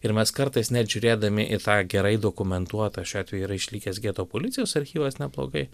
ir mes kartais net žiūrėdami į tą gerai dokumentuotą šiuo atveju yra išlikęs geto policijos archyvas neblogai